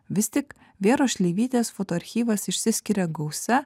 vis tik vėros šleivytės foto archyvas išsiskiria gausa